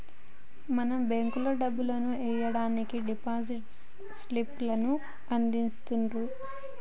మనం బేంకులో డబ్బులు ఎయ్యడానికి డిపాజిట్ స్లిప్ లను అందిత్తుర్రు